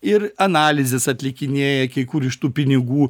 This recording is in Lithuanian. ir analizes atlikinėja kai kur iš tų pinigų